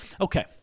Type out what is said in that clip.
okay